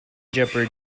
jumper